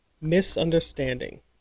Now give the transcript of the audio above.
Misunderstanding